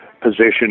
position